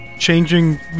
Changing